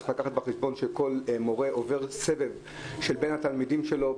צריך לקחת בחשבון שכל מורה עובר סבב בין התלמידים שלו.